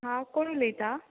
हां कोण उलयता